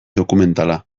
dokumentala